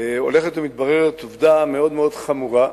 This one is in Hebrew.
הולכת ומתבררת עובדה מאוד מאוד חמורה,